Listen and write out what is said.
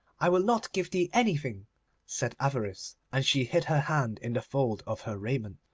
i will not give thee anything said avarice, and she hid her hand in the fold of her raiment.